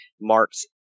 marks